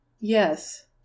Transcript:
Yes